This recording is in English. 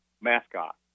mascot